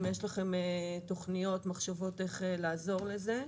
האם יש לכם תוכניות, מחשבות איך לעזור לזה?